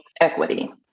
Equity